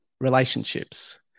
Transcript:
relationships